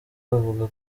bavuga